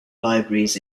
libraries